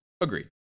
Agreed